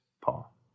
Paul